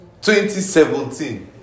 2017